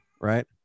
right